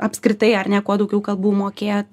apskritai ar ne kuo daugiau kalbų mokėt